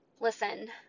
listen